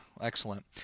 excellent